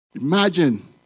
Imagine